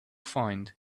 find